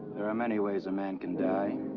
there are many ways a man can die.